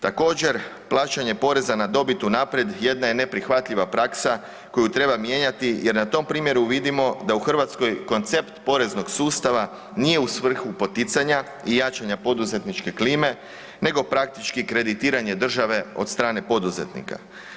Također, plaćanje poreza na dobit unaprijed jedna je neprihvatljiva praksa koju treba mijenjati jer na tom primjeru vidimo da u Hrvatskoj koncept poreznog sustava nije u svrhu poticanja i jačanja poduzetničke klime nego praktički kreditiranje države od strane poduzetnika.